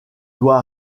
doit